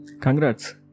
congrats